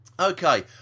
Okay